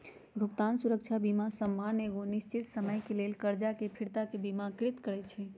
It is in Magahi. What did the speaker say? भुगतान सुरक्षा बीमा सामान्य एगो निश्चित समय के लेल करजा के फिरताके बिमाकृत करइ छइ